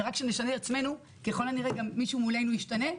רק כשנשנה את עצמנו ככל הנראה גם מישהו מולנו ישתנה,